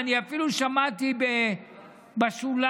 ואני אפילו שמעתי בשוליים,